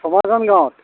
চমাজান গাঁৱত